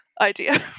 idea